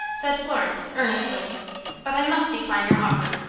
said florence, earnestly but i must decline your offer.